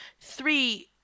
Three